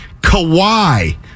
Kawhi